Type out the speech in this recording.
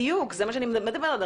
איך הם יודעים אם יצאת מהבית?